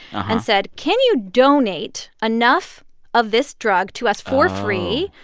and said, can you donate enough of this drug to us for free.